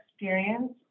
experience